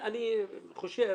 אני חושב